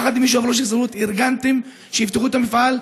יחד עם יושב-ראש ההסתדרות ארגנתם שיפתחו את המפעל,